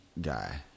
guy